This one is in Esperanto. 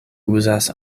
uzas